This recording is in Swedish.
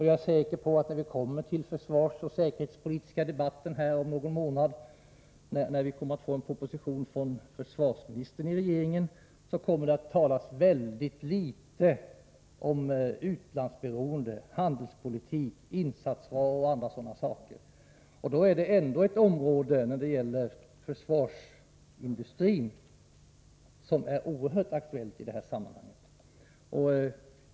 Jag är övertygad om att det, när vi fått en proposition från försvarsministern och om någon månad skall föra den säkerhetspolitiska debatten, kommer att talas väldigt litet om utlandsberoende, handelspolitik, insatsvaror och annat sådant. Och försvarsindustrin är ändå något som är oerhört aktuellt i det här sammanhanget.